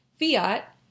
Fiat